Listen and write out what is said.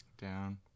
Down